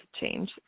change